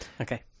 Okay